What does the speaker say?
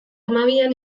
hamabian